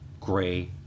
Gray